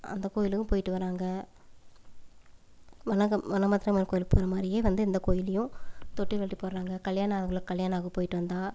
அந்த கோவிலுக்கும் போய்ட்டு வர்றாங்க வனகம் வன பத்ரகாளிம்மன் கோவிலுக்கு போகிற மாதிரியே வந்து இந்த கோயில்லேயும் தொட்டில் கட்டி போடுறாங்க கல்யாணம் ஆகாதவங்களுக்கு கல்யாணம் ஆகும் போய்ட்டு வந்தால்